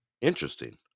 interesting